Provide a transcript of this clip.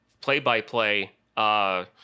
play-by-play